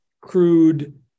crude